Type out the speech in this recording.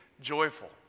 joyful